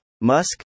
Musk